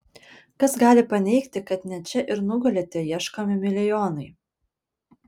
kas gali paneigti kad ne čia ir nugulė tie ieškomi milijonai